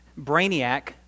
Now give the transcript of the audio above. brainiac